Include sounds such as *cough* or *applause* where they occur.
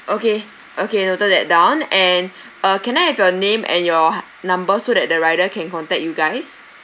okay okay noted that down and *breath* uh can I have your name and your numbers so that the rider can contact you guys